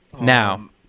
Now